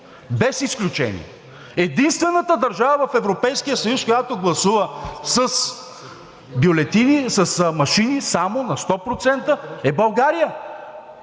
Без изключение! Единствената държава в Европейския съюз, която гласува с машини само, на 100%, е България.